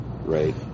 right